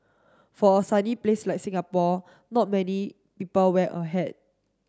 for a sunny place like Singapore not many people wear a hat